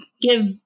give